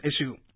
issue